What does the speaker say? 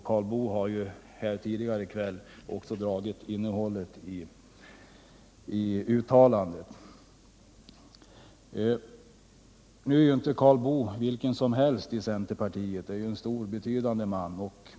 Karl Boo har tidigare i kväll redogjort för innehållet i uttalandet. Karl Boo är inte vem som helst inom centerpartiet. Det är en stor, betydande man.